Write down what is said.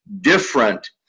different